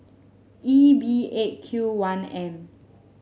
E B Eight Q one M